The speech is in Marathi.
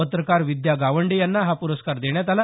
पत्रकार विद्या गावंडे यांना हा पुरस्कार देण्यात आला